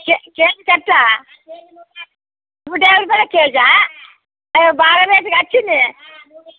KG thirty నూట యాభై రూపాయలకి కేజి అయ్యో బాగా రేటు వచ్చింది